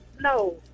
no